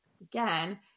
again